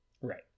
Right